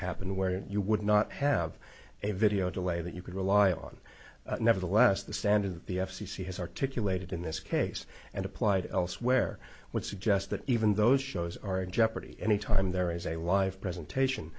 happen where you would not have a video delay that you could rely on nevertheless the standard that the f c c has articulated in this case and applied elsewhere would suggest that even those shows are in jeopardy any time there is a live presentation